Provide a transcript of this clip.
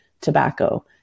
tobacco